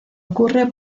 ocurre